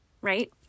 right